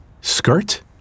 Skirt